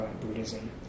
Buddhism